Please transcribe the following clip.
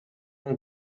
long